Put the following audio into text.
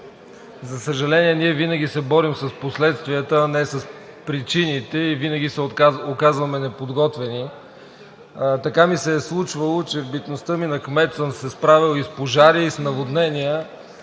за съжаление, ние винаги се борим с последствията, а не с причините и винаги се оказваме неподготвени. Така се е случвало, че в битността ми на кмет съм се справял и с пожари, и с наводнения